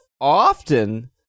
often